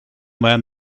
man